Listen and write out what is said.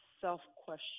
self-question